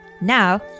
Now